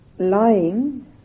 Lying